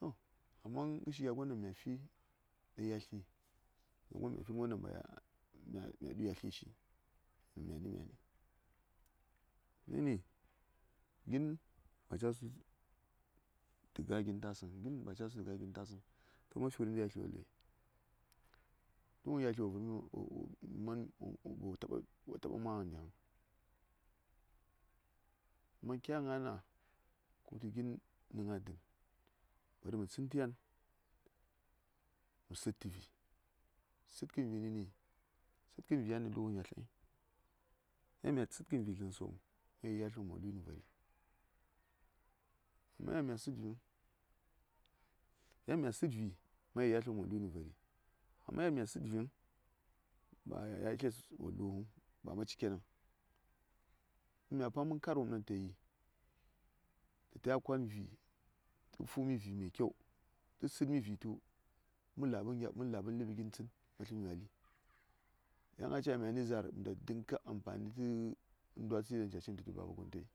to kaman iri ngər shi gya gon ɗaŋ mya fi ɗa ya tli mən wom cya fi ngər won mya ɗu yatle shi nə myani myani yeli gin ba ca su ta ga gin ta səŋ gin ba ca su tə ga gi ta səŋ ta ma fi wuri inta yatle wo luye lu ngən yatli wo taɓa man diŋ in kya yel nga kə wutu gin nə ngaa dən bare mə tsən tə yan mə səd tə vi səd vi nəni səd kən vi yan nəlu ngən yalt ai yan mya səd kən vi dlən sə wom ka yel yalt wom wo lui nə vari amma yan mya səd viŋ ba yatles wo luŋ ba ma ci ke nəŋ in mya paŋ mən kar wom ɗaŋ tə ta yi tə ta ya kwan vi tə fu mi vi me kyau tə sad mi vi tu mə labən ləɓi gin tsən ma səŋ nywali yan a ca myani zaar mə ta dinga ampani tə ndwatsəi ɗaŋ